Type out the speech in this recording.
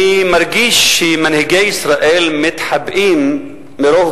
אני מרגיש שמנהיגי ישראל מתחבאים מרוב